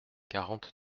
quarante